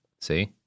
See